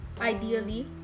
ideally